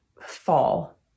fall